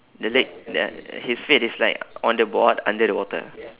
the leg the his feet is like on the board under the water